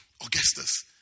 Augustus